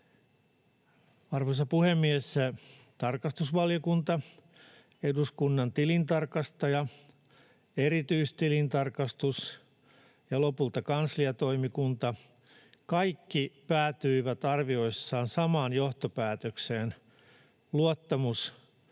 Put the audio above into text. Arvoisa puhemies! Tarkastusvaliokunta, eduskunnan tilintarkastajat, erityistilintarkastus ja lopulta kansliatoimikunta, kaikki, päätyivät arvioissaan samaan johtopäätökseen: luottamus ja